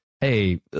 hey